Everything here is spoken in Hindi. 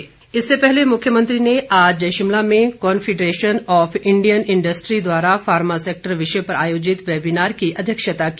मुख्यमंत्री इससे पहले मुख्यमंत्री ने आज शिमला में कांफिडरेशन ऑफ इण्डियन इन्डस्ट्री द्वारा फार्मा सेक्टर विषय पर आयोजित वेबीनार की अध्यक्षता की